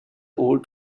old